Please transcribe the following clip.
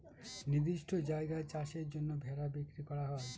নির্দিষ্ট জায়গায় চাষের জন্য ভেড়া বিক্রি করা হয়